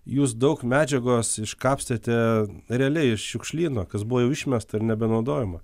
jūs daug medžiagos iškapstėte realiai iš šiukšlyno kas buvo jau išmesta ir nebenaudojama